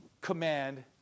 command